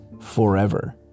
forever